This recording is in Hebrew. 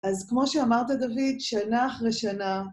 אז כמו שאמרת, דוד, שנה אחרי שנה...